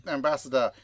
ambassador